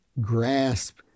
grasp